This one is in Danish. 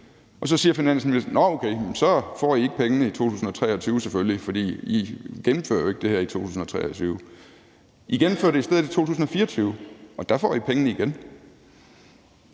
og så siger Finansministeriet: Nå, men så får I selvfølgelig ikke pengene i 2023, for I gennemfører jo ikke det her i 2023; I gennemfører det i stedet for i 2024, og der får I pengene igen.